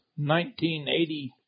1980